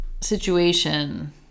situation